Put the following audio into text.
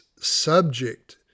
subject